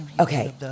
Okay